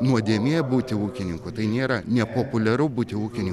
nuodėmė būti ūkininku tai nėra nepopuliaru būti ūkiniu